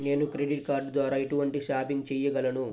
నేను credit card ద్వార ఎటువంటి షాపింగ్ చెయ్యగలను?